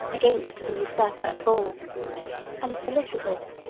against the usurper of gaul and solicited,